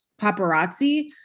paparazzi